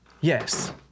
yes